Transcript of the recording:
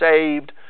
saved